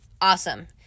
awesome